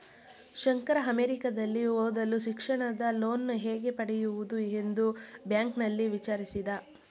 ಶಂಕರ ಅಮೆರಿಕದಲ್ಲಿ ಓದಲು ಶಿಕ್ಷಣದ ಲೋನ್ ಹೇಗೆ ಪಡೆಯುವುದು ಎಂದು ಬ್ಯಾಂಕ್ನಲ್ಲಿ ವಿಚಾರಿಸಿದ